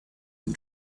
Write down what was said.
and